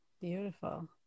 Beautiful